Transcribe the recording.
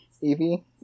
Evie